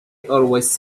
always